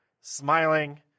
smiling